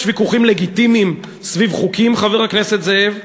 יש ויכוחים לגיטימיים סביב חוקים, חבר הכנסת זאב,